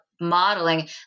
modeling